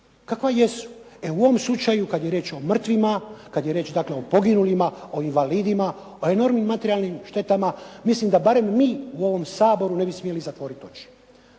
kakva jesu. E u ovom slučaju kada je riječ o mrtvima, kada je riječ dakle o poginulima, o invalidima, o enormnim materijalnim štetama, mislim da barem mi u ovom Saboru ne bi smjeli zatvoriti oči.